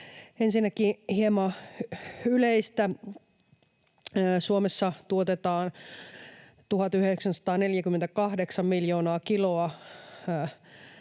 Ensinnäkin hieman yleistä: Suomessa tuotetaan 1948 miljoonaa kiloa